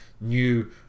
new